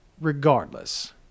Regardless